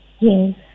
Yes